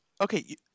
Okay